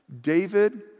David